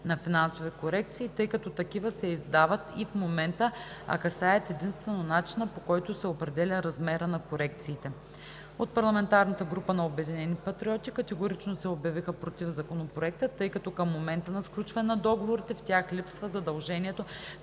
на финансови корекции, тъй като такива се издават и в момента, а касаят единствено начина, по който се определя размерът на корекциите. От парламентарната група на „Обединени патриоти“ категорично се обявиха против Законопроекта, тъй като към момента на сключване на договорите в тях липсва задължението